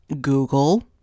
Google